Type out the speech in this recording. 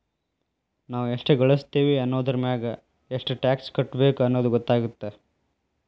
ನಾವ್ ಎಷ್ಟ ಗಳಸ್ತೇವಿ ಅನ್ನೋದರಮ್ಯಾಗ ಎಷ್ಟ್ ಟ್ಯಾಕ್ಸ್ ಕಟ್ಟಬೇಕ್ ಅನ್ನೊದ್ ಗೊತ್ತಾಗತ್ತ